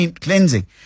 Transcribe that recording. cleansing